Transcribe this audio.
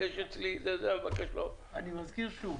אני מזכיר שוב,